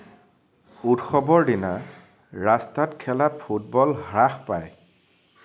উৎসৱৰ দিনা ৰাস্তাত খেলা ফুটবল হ্ৰাস পায়